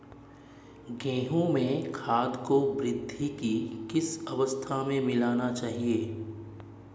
गेहूँ में खाद को वृद्धि की किस अवस्था में मिलाना चाहिए?